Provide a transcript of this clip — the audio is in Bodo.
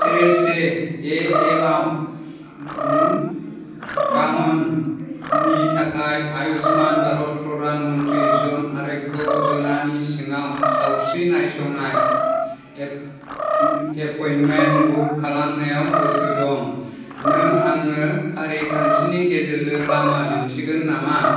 से से एएम आव गामोननि थाखाय आयुमान भारत प्रधान मन्त्रि जन आरग्य अज'नानि सिङाव सावस्रि नायसंनाय एफइनमेन्ट बुक खालामनायाव गोसो दं नों आंनो फारिखान्थिनि गेजेरजों लामा दिन्थिगोन नामा